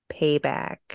payback